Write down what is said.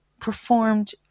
performed